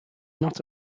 not